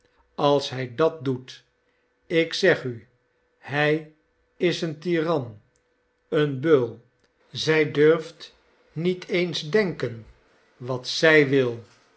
als hij dat doet ik zeg u hij is een tiran een beul zij durft niet eens denken wat zij wil